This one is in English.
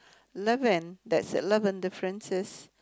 eleven that's eleven differences